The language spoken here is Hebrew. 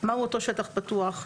מהו אותו שטח פתוח.